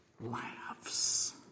laughs